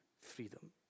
freedom